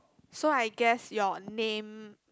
so I guess your name